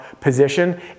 position